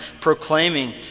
proclaiming